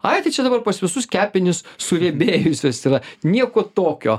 ai tai čia dabar pas visus kepenys suriebėjusios yra nieko tokio